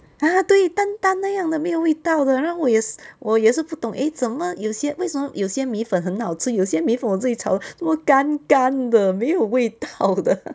ah 对淡淡那样的没有味道的 ah 我也是我也是不懂 eh 怎么有些为什么有些米粉很好吃有些米粉我自己炒的做么干干的没有味道的